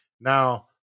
now